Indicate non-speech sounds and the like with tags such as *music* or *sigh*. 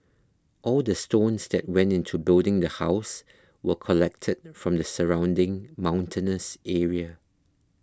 all the stones that went into building the house were collected *noise* from the surrounding mountainous area